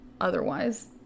otherwise